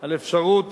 על אפשרות